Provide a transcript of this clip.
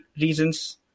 reasons